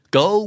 go